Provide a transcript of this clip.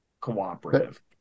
cooperative